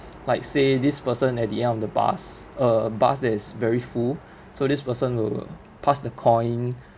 like say this person at the end of the bus uh bus is very full so this person will pass the coin